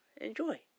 enjoy